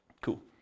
Cool